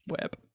web